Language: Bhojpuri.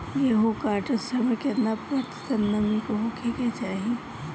गेहूँ काटत समय केतना प्रतिशत नमी होखे के चाहीं?